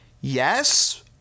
Yes